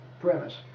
premise